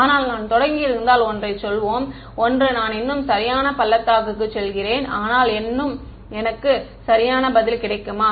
ஆனால் நான் தொடங்கியிருந்தால் ஒன்றைச் சொல்வோம் ஒன்று நான் இன்னும் சரியான பள்ளத்தாக்குக்குச் செல்கிறேன் ஆனால் எனக்கு இன்னும் சரியான பதில் கிடைக்குமா